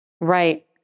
Right